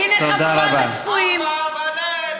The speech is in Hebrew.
הינה חבורת הצבועים, תודה רבה.